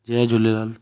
Jay Jhulelal